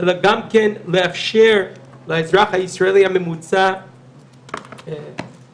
אלא גם לאפשר לאזרח הישראלי הממוצע לבחור